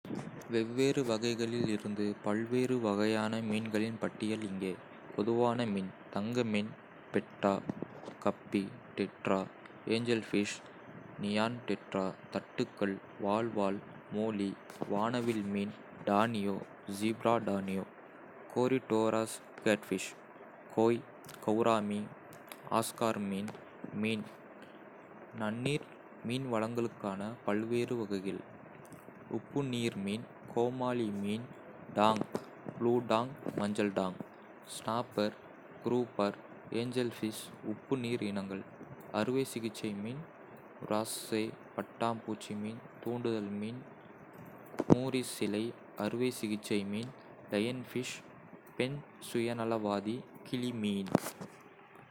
வெவ்வேறு வகைகளிலிருந்து பல்வேறு வகையான மீன்களின் பட்டியல் இங்கே: பொதுவான மீன் தங்கமீன் பெட்டா (சியாமீஸ் சண்டை மீன்) guppy tetra angelfish neon tetra தட்டுகள் வாள்வால் மோலி வானவில் மீன் danio (zebra danio) corydoras catfish koi gourami oscar மீன் மீன் (நன்னீர் மீன்வளங்களுக்கான பல்வேறு வகைகள்) உப்பு நீர் மீன் கோமாளி மீன் டாங் (ப்ளூ டாங், மஞ்சள் டாங்) ஸ்னாப்பர் குரூப்பர் ஏஞ்சல்ஃபிஷ் (உப்பு நீர் இனங்கள்) அறுவைசிகிச்சை மீன் வ்ராஸ்ஸே பட்டாம்பூச்சி மீன் தூண்டுதல் மீன் மூரிஷ் சிலை அறுவைசிகிச்சை மீன் லயன்ஃபிஷ் பெண் சுயநலவாதி கிளி மீன்